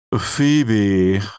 Phoebe